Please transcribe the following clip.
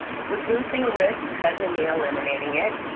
reducing risks doesn't mean eliminating it.